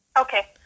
Okay